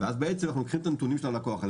ואז אנחנו לוקחים את נתוני האשראי של הלקוח הזה,